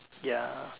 ya